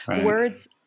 words